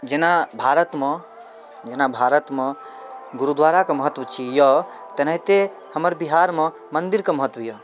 जेना भारतमे जेना भारतमे गुरुद्वाराके महत्व छीयै तेनाहिते हमर बिहारमे मन्दिरके महत्व यऽ